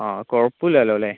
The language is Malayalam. ആ കുഴപ്പമില്ലല്ലോ അല്ലേ